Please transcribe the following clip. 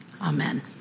Amen